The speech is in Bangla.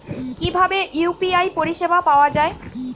কিভাবে ইউ.পি.আই পরিসেবা পাওয়া য়ায়?